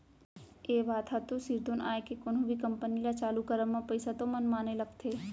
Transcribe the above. ये बात ह तो सिरतोन आय के कोनो भी कंपनी ल चालू करब म पइसा तो मनमाने लगथे